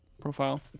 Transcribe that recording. Profile